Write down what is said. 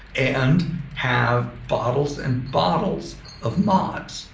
and have bottles, and bottles of mods